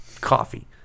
coffee